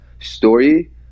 story